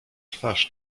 twarz